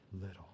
little